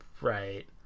Right